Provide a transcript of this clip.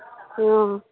हँ